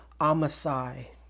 Amasai